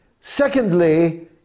Secondly